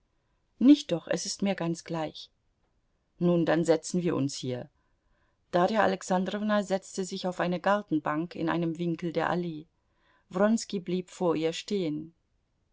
nicht doch es ist mir ganz gleich nun dann setzen wir uns hier darja alexandrowna setzte sich auf eine gartenbank in einem winkel der allee wronski blieb vor ihr stehen